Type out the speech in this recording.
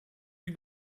you